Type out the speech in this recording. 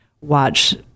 watch